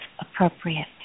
appropriate